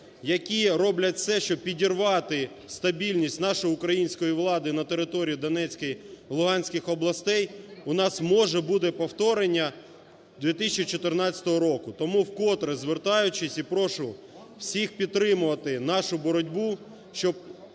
які роблять все, щоб підірвати стабільність нашої української влади на території Донецької, Луганської областей, у нас може буде повторення 2014 року. Тому вкотре звертаючись і прошу всіх підтримувати нашу боротьбу, щоб